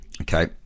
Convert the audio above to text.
Okay